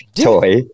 toy